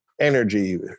energy